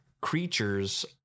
creatures